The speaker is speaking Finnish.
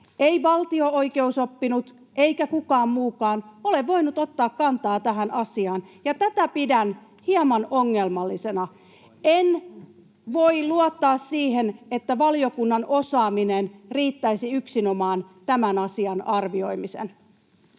ei valtio-oikeusoppinut eikä kukaan muukaan, ole voinut ottaa kantaa tähän asiaan, ja tätä pidän hieman ongelmallisena. [Antti Lindtman: Eikä vaan hieman!] En voi luottaa siihen, että valiokunnan osaaminen yksinomaan riittäisi tämän asian arvioimiseen.